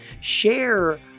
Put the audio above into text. Share